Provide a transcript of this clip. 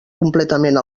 completament